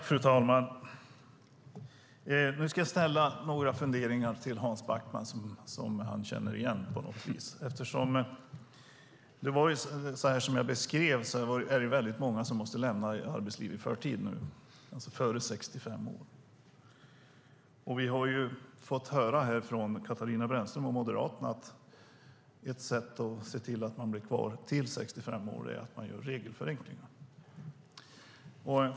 Fru talman! Jag ska framföra några funderingar till Hans Backman som han känner igen. Som jag beskrev är det väldigt många som måste lämna arbetslivet i förtid, alltså före 65 år. Vi har fått höra från Katarina Brännström och Moderaterna att ett sätt att se till att människor blir kvar till 65 år är att göra regelförenklingar.